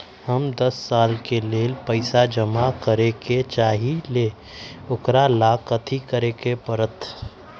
हम दस साल के लेल पैसा जमा करे के चाहईले, ओकरा ला कथि करे के परत?